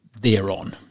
thereon